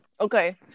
Okay